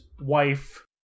wife